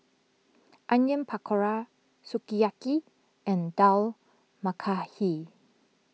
Onion Pakora Sukiyaki and Dal Makhani